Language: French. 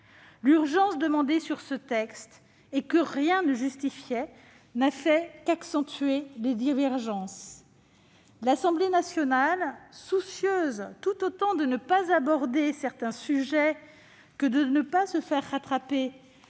accélérée demandée sur ce texte, que rien ne justifiait, n'a fait qu'accentuer les divergences. L'Assemblée nationale, tout aussi soucieuse de ne pas aborder certains sujets que de ne pas se faire rattraper